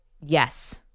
Yes